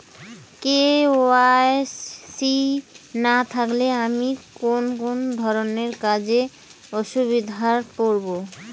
KYC না থাকলে আমি কোন কোন ধরনের কাজে অসুবিধায় পড়ব?